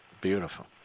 Beautiful